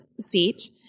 seat